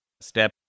step